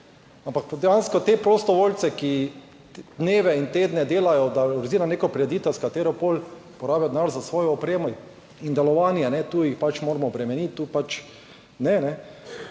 Ampak dejansko te prostovoljce, ki dneve in tedne delajo, da organizira neko prireditev, s katero pol porabijo denar za svojo opremo in delovanje, tu jih moramo obremeniti, tu pač ne, ne.